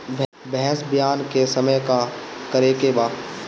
भैंस ब्यान के समय का करेके बा?